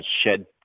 shed